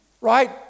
right